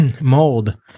Mold